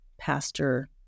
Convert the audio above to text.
pastor